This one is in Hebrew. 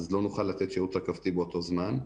לא נוכל לתת שירות רכבתי באותו זמן,